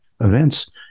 events